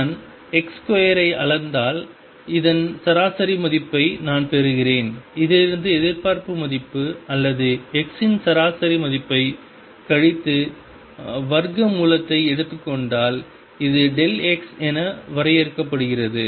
நான் x2 ஐ அளந்தால் இதன் சராசரி மதிப்பை நான் பெறுகிறேன் இதிலிருந்து எதிர்பார்ப்பு மதிப்பு அல்லது x இன் சராசரி மதிப்பைக் கழித்து வர்க்க மூலத்தை எடுத்துக் கொண்டால் இது x என வரையறுக்கப்படுகிறது